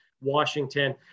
Washington